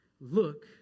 look